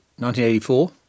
1984